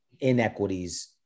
inequities